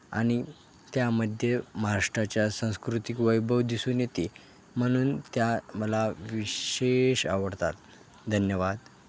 आणि त्यामध्ये महाराष्ट्राच्या सांस्कृतिक वैभव दिसून येते म्हणून त्या मला विशेष आवडतात धन्यवाद